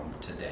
today